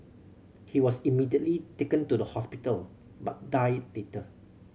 he was immediately taken to the hospital but died later